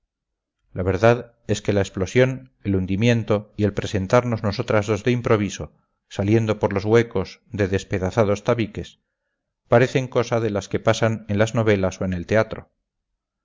la verdad es que la explosión el hundimiento y el presentarnos nosotras dos de improviso saliendo por los huecos de despedazados tabiques parecen cosa de las que pasan en las novelas o en el teatro